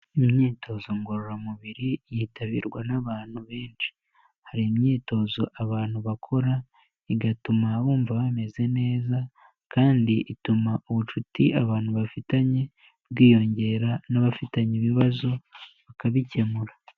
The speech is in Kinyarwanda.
Imyitozo ngororamubiri, yitabirwa n'abantu benshi, hari imyitozo abantu bakora, igatuma bumva bameze neza, kandi ituma ubucuti abantu bafitanye bwiyongera n'abafitanye ibibazo bakabikemura.